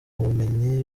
ubumenyi